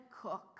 cook